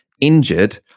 injured